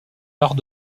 arts